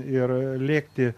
ir lėkti